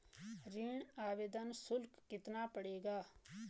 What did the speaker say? ऋण आवेदन शुल्क कितना पड़ेगा?